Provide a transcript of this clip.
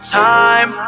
time